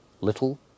little